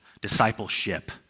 discipleship